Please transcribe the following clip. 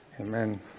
Amen